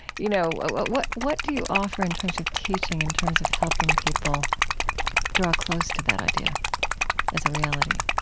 you know but what what do you offer in terms of teaching, in terms of helping people draw close to that idea as a reality?